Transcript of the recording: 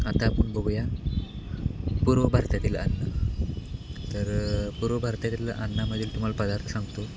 आता आपण बघूया पूर्व भारतातील अन्न तर पूर्व भारतातील अन्नामधील तुम्हाला पदार्थ सांगतो